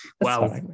Wow